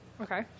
okay